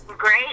Great